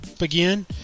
again